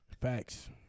Facts